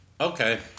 Okay